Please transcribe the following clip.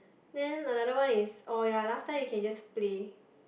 then another one is oh ya last time you can just play